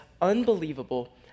unbelievable